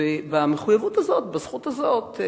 והמחויבות הזו והזכות הזו,